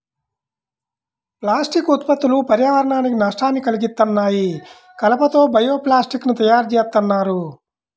plastic ఉత్పత్తులు పర్యావరణానికి నష్టాన్ని కల్గిత్తన్నాయి, కలప తో బయో ప్లాస్టిక్ ని తయ్యారుజేత్తన్నారు